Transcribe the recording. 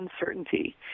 uncertainty